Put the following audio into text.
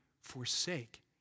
forsake